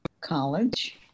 college